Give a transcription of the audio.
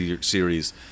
series